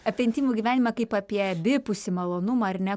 apie intymų gyvenimą kaip apie abipusį malonumą ar ne